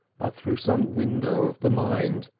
but through some window of the mind,